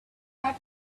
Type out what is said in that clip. had